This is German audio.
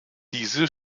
diese